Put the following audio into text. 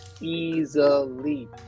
easily